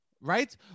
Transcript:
Right